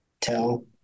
tell